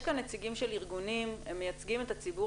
יש כאן נציגים של ארגונים שמייצגים את הציבור